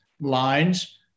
lines